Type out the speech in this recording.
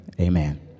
Amen